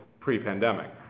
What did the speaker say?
pre-pandemic